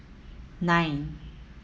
nine